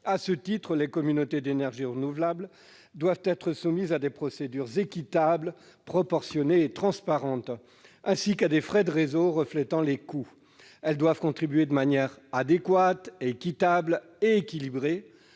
À ce titre, les communautés d'énergie renouvelable doivent être soumises à des procédures équitables, proportionnées et transparentes ainsi qu'à des frais d'accès au réseau reflétant les coûts. Elles doivent contribuer de manière adéquate, équitable et équilibrée